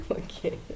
okay